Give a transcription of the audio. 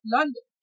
London